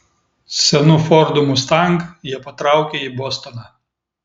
senu fordu mustang jie patraukė į bostoną